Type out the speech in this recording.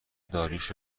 داریوش